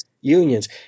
unions